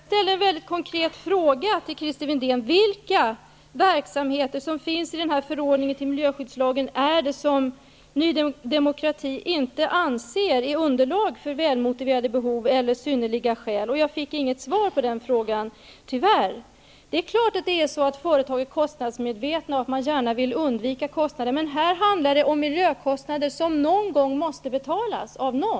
Herr talman! Jag ställde en mycket konkret fråga till Christer Windén: Vilka verksamheter som finns i den här förordningen till miljöskyddslagen är det som Ny demokrati inte anser är underlag för välmotiverade behov eller synnerliga skäl? Jag fick inget svar på den frågan -- tyvärr. Det är klart att företag är kostnadsmedvetna och gärna vill undvika kostnader, men här handlar det om miljökostnader som någon gång måste betalas av någon.